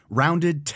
rounded